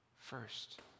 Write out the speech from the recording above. first